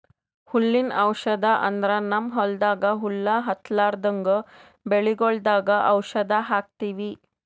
ಹುಲ್ಲಿನ್ ಔಷಧ್ ಅಂದ್ರ ನಮ್ಮ್ ಹೊಲ್ದಾಗ ಹುಲ್ಲ್ ಹತ್ತಲ್ರದಂಗ್ ಬೆಳಿಗೊಳ್ದಾಗ್ ಔಷಧ್ ಹಾಕ್ತಿವಿ